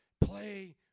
play